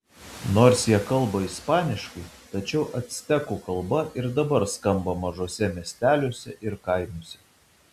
nors jie kalba ispaniškai tačiau actekų kalba ir dabar skamba mažuose miesteliuose ir kaimuose